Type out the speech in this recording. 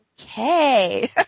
Okay